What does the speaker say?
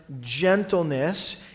gentleness